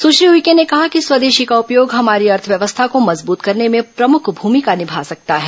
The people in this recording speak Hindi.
संश्री उइके ने कहा कि स्वदेशी का उपयोग हमारी अर्थव्यवस्था को मजबत करने में प्रमुख भूमिका निभा सकता है